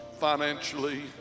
financially